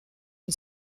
une